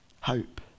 hope